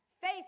faith